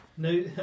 No